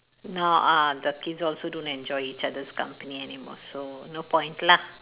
now uh the kids also don't enjoy each others' company anymore so no point lah